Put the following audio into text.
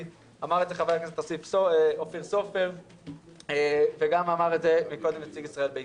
ואופיר סופר וגם נציג ישראל ביתנו.